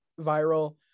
viral